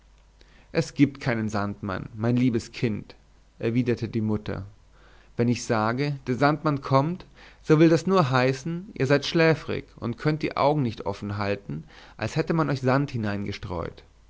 es gibt keinen sandmann mein liebes kind erwiderte die mutter wenn ich sage der sandmann kommt so will das nur heißen ihr seid schläfrig und könnt die augen nicht offen behalten als hätte man euch sand